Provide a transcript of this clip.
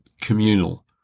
communal